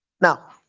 now